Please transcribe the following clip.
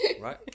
right